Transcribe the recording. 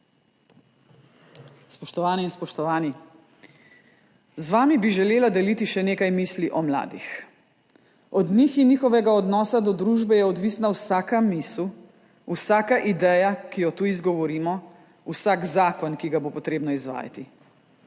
Spoštovane in spoštovani! Z vami bi želela deliti še nekaj misli o mladih. Od njih in njihovega odnosa do družbe je odvisna vsaka misel, vsaka ideja, ki jo tu izgovorimo, vsak zakon, ki ga bo potrebno izvajati.